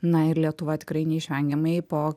na ir lietuva tikrai neišvengiamai po